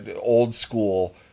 old-school